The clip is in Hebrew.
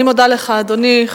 אני מודה לך, אדוני.